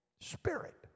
Spirit